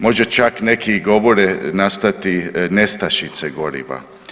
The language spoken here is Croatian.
Možda čak neki i govore nastati nestašice goriva.